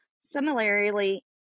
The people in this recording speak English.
similarly